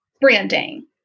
branding